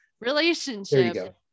relationship